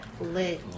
Lit